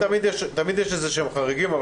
תמיד יש מקרים חריגים כאלה